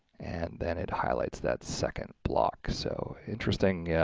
and then it highlights that second block so interesting. yeah